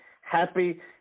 happy